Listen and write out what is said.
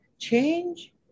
change